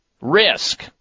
risk